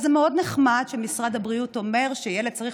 אז זה מאוד נחמד שמשרד הבריאות אומר שילד צריך